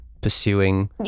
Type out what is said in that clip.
pursuing